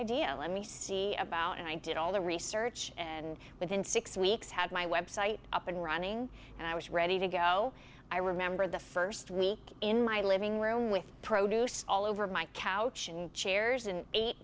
idea let me see about it i did all the research and within six weeks had my website up and running and i was ready to go i remember the first week in my living room with produce all over my couch and chairs and ate